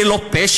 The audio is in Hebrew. זה לא פשע?